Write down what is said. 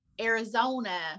Arizona